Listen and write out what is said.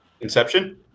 Inception